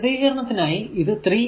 വിശദീകരണത്തിനായി ഇത് 3 i x